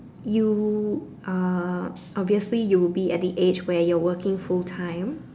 you are obviously you will be at the age where you're working full time